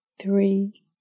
three